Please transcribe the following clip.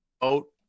vote